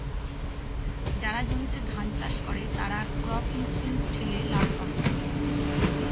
যারা জমিতে ধান চাষ করে, তারা ক্রপ ইন্সুরেন্স ঠেলে লাভ পাবে